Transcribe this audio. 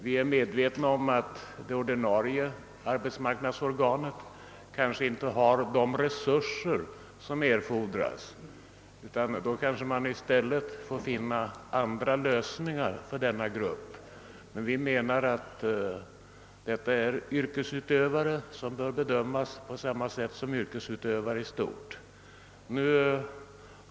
Vi är medvetna om att det ordinarie arbetsmarknadsorganet måhända inte har de resurser som erfordras utan att man kanske i stället måste finna andra lösningar för denna grupp. Men vi anser att dessa yrkesutövare bör bedömas på samma sätt som yrkesutövare i allmänhet.